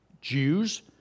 Jews